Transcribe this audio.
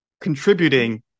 contributing